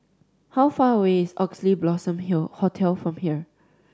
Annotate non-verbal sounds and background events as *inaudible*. how far away is Oxley Blossom *unintelligible* Hotel from here